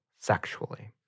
sexually